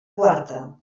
quarta